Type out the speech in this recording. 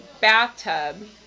bathtub